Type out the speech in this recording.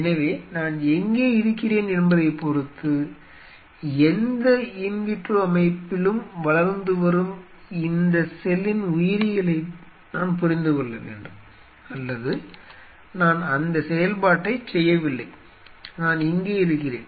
எனவே நான் எங்கே இருக்கிறேன் என்பதைப் பொறுத்து எந்த இன் விட்ரோ அமைப்பிலும் வளர்ந்து வரும் இந்த செல்லின் உயிரியலை நான் புரிந்து கொள்ள வேண்டும் அல்லது நான் அந்த செயல்பாட்டைச் செய்யவில்லை நான் இங்கே இருக்கிறேன்